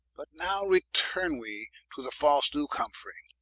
but now returne we to the false duke humfrey